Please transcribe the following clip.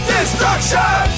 Destruction